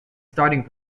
starting